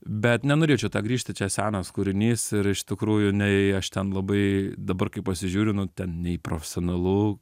bet nenorėčiau į tą grįžti čia senas kūrinys ir iš tikrųjų nei aš ten labai dabar kai pasižiūriu nu ten nei profesionalu